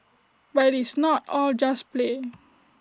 but IT is not all just play